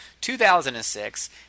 2006